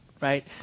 right